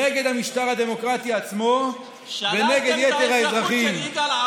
נגד המשטר הדמוקרטי עצמו ונגד יתר האזרחים.